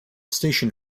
station